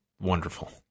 wonderful